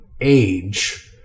age